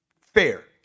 Fair